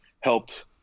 helped